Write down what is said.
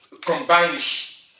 combines